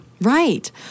Right